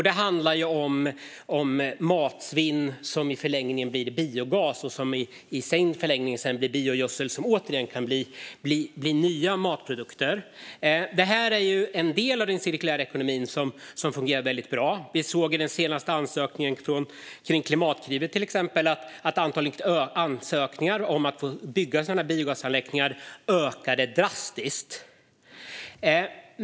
Det handlar om matsvinn som i förlängningen blir biogas som i sin förlängning blir biogödsel som kan bli nya matprodukter. Det här är en del av den cirkulära ekonomin som fungerar väldigt bra. Vi såg till exempel i de senaste ansökningarna till Klimatklivet att antalet ansökningar om att få bygga biogasanläggningar ökade drastiskt.